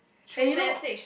and you know